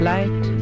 Light